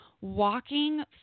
walking